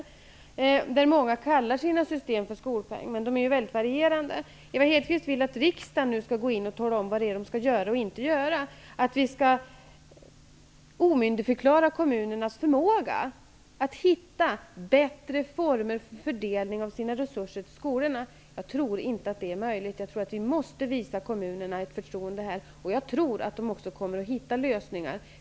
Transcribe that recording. Många av dessa modeller har fått namnet skolpeng. Men modellerna varierar. Ewa Hedkvist Petersen vill nu att riksdagen skall tala om vad kommunerna skall och inte skall göra, dvs. omyndigförklara kommunernas förmåga att hitta bättre former för fördelning av sina resurser till skolorna. Jag tror inte att det är möjligt. Vi måste visa kommunerna ett förtroende. Jag tror att de kommer att finna lösningar.